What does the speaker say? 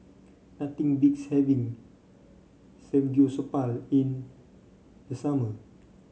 nothing beats having Samgyeopsal in the summer